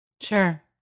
Sure